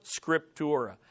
scriptura